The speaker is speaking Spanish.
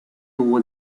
tuvo